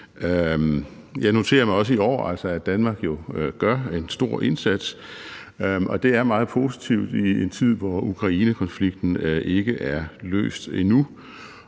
Jeg noterer mig også i år, at Danmark gør en stor indsats, og det er meget positivt i en tid, hvor Ukrainekonflikten ikke er løst endnu,